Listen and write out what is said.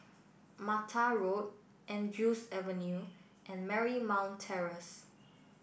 Mattar Road Andrews Avenue and Marymount Terrace